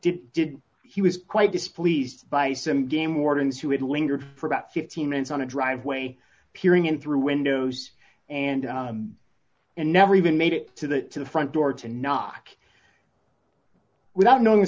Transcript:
did did he was quite displeased by some game wardens who had lingered for about fifteen minutes on a driveway appearing in through windows and and never even made it to the front door to knock without knowing the